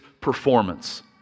performance